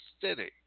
city